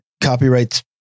copyrights